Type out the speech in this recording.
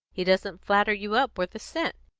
he doesn't flatter you up worth a cent.